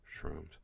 shrooms